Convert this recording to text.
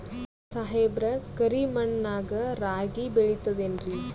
ಸಾಹೇಬ್ರ, ಕರಿ ಮಣ್ ನಾಗ ರಾಗಿ ಬೆಳಿತದೇನ್ರಿ?